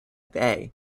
bay